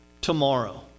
tomorrow